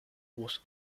was